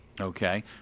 Okay